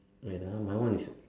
wait ah my one is